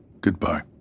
Goodbye